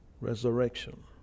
resurrection